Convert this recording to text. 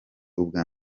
ubwa